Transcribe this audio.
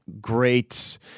great